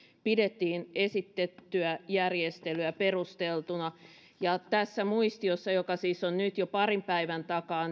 pidettiin esitettyä järjestelyä perusteltuna ja tässä muistiossa joka siis on nyt jo parin päivän takaa